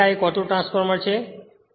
તેથી આ એક ઓટોટ્રાન્સફોર્મરછે